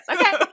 Okay